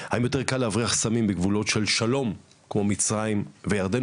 האם יותר קל להבריח סמים בגבולות של שלום כמו מצרים וירדן.